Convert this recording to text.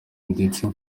ndetse